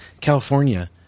California